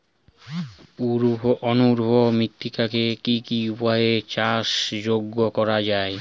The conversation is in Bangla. অনুর্বর মৃত্তিকাকে কি কি উপায়ে চাষযোগ্য করা যায়?